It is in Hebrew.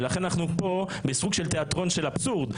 ולכן אנחנו פה בסוג של תיאטרון שהוא תיאטרון של אבסורד,